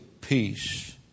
Peace